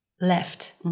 left